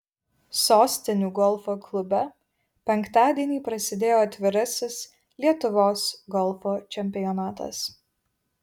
sostinių golfo klube penktadienį prasidėjo atvirasis lietuvos golfo čempionatas